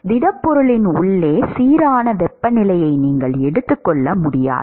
திடப்பொருளின் உள்ளே சீரான வெப்பநிலையை நீங்கள் எடுத்துக்கொள்ள முடியாது